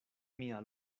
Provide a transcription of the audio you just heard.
mia